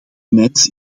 mijns